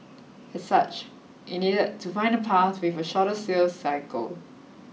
as such it needed to find a path with a shorter sales cycle